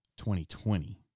2020